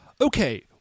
Okay